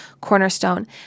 cornerstone